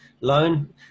loan